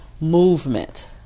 movement